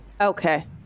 okay